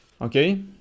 okay